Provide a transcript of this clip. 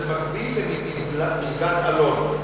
זה מקביל למלגת אלון.